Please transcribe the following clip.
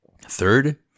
Third